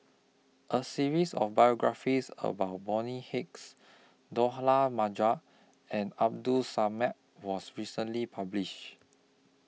A series of biographies about Bonny Hicks Majid and Abdul Samad was recently published